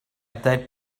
that